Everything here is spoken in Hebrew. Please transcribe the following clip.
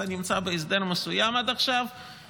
אתה נמצא בהסדר מסוים עד עכשיו,